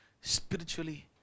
spiritually